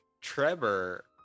Trevor